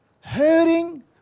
hurting